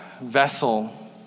vessel